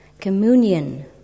communion